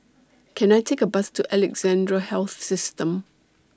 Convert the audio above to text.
Can I Take A Bus to Alexandra Health System